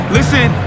Listen